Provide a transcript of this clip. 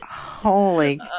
Holy